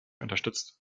unterstützt